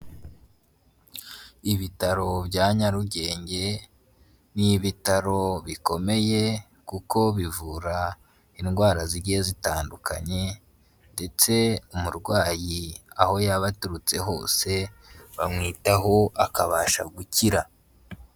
Ibitaro bya Nyarugenge ni ibitaro bikomeye kuko bivura indwara zigiye zitandukanye, ndetse umurwayi aho yaba aturutse hose bamwitaho akabasha gukira.